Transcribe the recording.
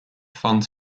funds